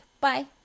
Bye